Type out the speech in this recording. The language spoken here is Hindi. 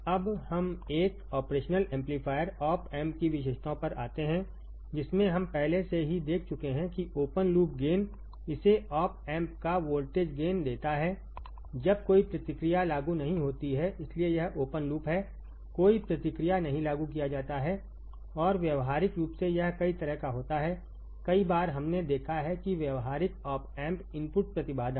अब हम एक ऑपरेशनल एम्पलीफायर ऑप एम्प की विशेषताओं पर आते हैं जिसमेंहम पहले से ही देख चुके हैं कि ओपन लूप गेन इसे ऑप एम्प का वोल्टेज गेन देता है जब कोई प्रतिक्रिया लागू नहीं होती है इसीलिए यह ओपन लूप है कोई प्रतिक्रिया नहीं लागू किया जाता है और व्यावहारिक रूप से यह कई तरह का होता है कई बार हमने देखा है कि व्यावहारिक ऑप एम्प इनपुट प्रतिबाधा में